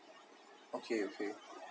okay okay